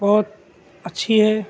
بہت اچھّی ہے